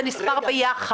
זה נספר ביחד.